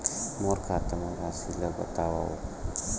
मोर खाता म राशि ल बताओ?